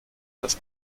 das